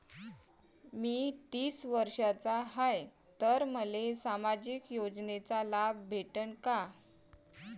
मी तीस वर्षाचा हाय तर मले सामाजिक योजनेचा लाभ भेटन का?